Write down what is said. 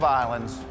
islands